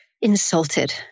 insulted